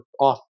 off